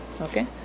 Okay